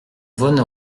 vosne